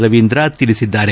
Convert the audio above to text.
ರವೀಂದ್ರ ತಿಳಿಸಿದ್ದಾರೆ